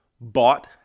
bought